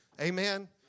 Amen